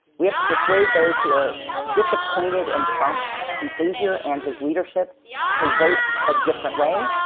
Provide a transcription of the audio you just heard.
we have to persuade those who are disappointed in trump's behavior and his leadership to vote a different way,